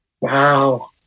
Wow